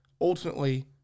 ultimately